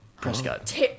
Prescott